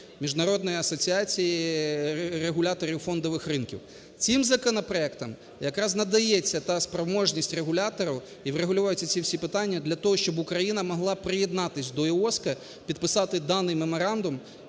(Міжнародної асоціації регуляторів фондових ринків). Цим законопроектом якраз надається та спроможність регулятору і врегульовуються ці всі питання для того, щоб Україна могла приєднатись до IOSCO, підписати даний меморандум.